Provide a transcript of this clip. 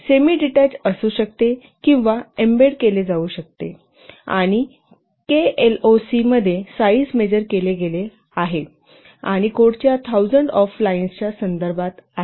semidetached असू शकते किंवा एम्बेडेड केले जाऊ शकते आणि केएलओसि मध्ये साईज मेजर केले गेले आहे म्हणजे कोडच्या थाउजंड ऑफ लाईनच्या संदर्भात आहे